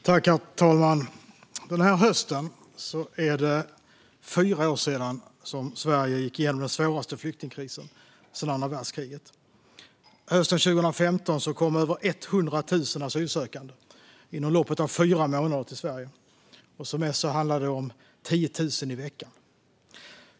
Herr talman! Den här hösten är det fyra år sedan Sverige gick igenom den svåraste flyktingkrisen sedan andra världskriget. Hösten 2015 kom över 100 000 asylsökande inom loppet av fyra månader till Sverige. Som mest handlade det om 10 000 i veckan.